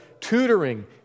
tutoring